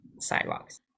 sidewalks